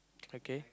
okay